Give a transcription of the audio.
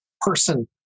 person